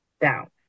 down